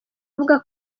avuga